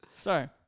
Sorry